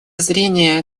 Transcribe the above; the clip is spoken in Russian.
зрения